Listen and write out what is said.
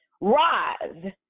rise